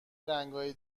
رنگای